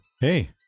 Hey